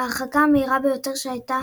ההרחקה המהירה ביותר הייתה